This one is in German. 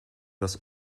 das